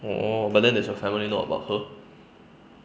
orh but then does your family know about her